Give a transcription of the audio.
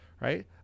Right